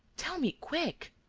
tell me, quick!